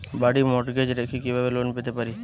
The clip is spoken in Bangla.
বাড়ি মর্টগেজ রেখে কিভাবে লোন পেতে পারি?